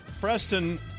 Preston